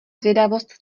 zvědavost